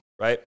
right